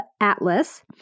atlas